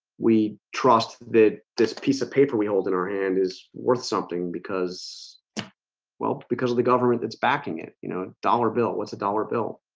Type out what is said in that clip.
we trust that this piece of paper we hold in our hand is worth something because well because of the government that's backing it, you know dollar bill was a dollar bill